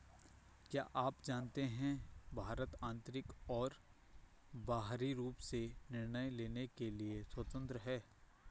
क्या आप जानते है भारत आन्तरिक और बाहरी रूप से निर्णय लेने के लिए स्वतन्त्र है?